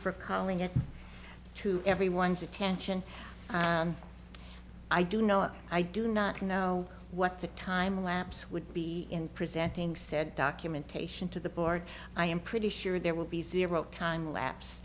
for calling it to everyone's attention i do know i do not know what the time lapse would be in presenting said documentation to the board i am pretty sure there will be zero time lapse